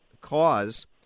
cause